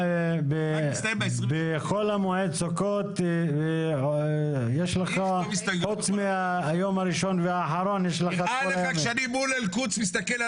בחול המועד סוכות יש לך זמן ------ אני חושב שמיצינו.